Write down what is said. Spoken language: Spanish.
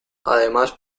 además